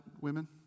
women